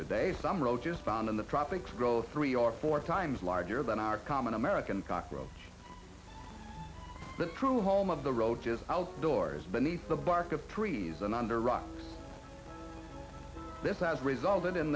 today some roaches found in the tropics grow three or four times larger than our common american cockroach the true home of the roaches outdoors bunnies the bark of trees and under rock this has resulted in